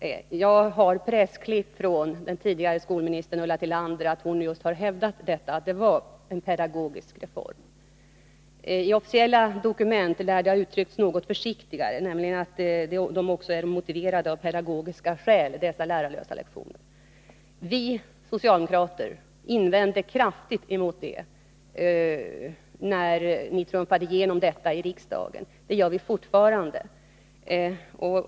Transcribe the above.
Jag har ett pressklipp, enligt vilket den tidigare skolministern Ulla Tillander just hävdat att lärarlösa lektioner var en pedagogisk reform. I de officiella dokumenten lär det ha uttryckts något försiktigare; det har sagts att lärarlösa lektioner också är motiverade från pedagogisk utgångspunkt. Vi socialdemokrater invände kraftigt emot detta, när ni trumfade genom förslaget i riksdagen. Det gör vi fortfarande.